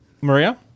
Maria